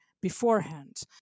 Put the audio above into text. beforehand